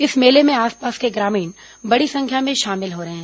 इस मेले में आसपास के ग्रामीण बडी संख्या में शामिल हो रहे हैं